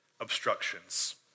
obstructions